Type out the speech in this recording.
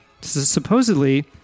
Supposedly